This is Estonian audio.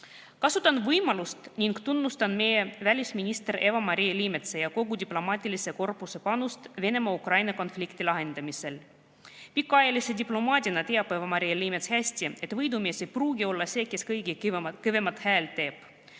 Kasutan võimalust ning tunnustan meie välisministri Eva-Maria Liimetsa ja kogu diplomaatilise korpuse panust Venemaa-Ukraina konflikti lahendamisel. Pikaajalise diplomaadina teab Eva-Maria Liimets hästi, et võidumees ei pruugi olla see, kes kõige kõvemat häält teeb.